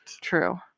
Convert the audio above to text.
True